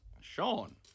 sean